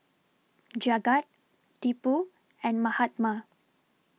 Jagat Tipu and Mahatma